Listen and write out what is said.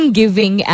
giving